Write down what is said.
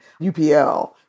UPL